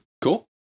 Cool